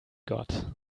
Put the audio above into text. got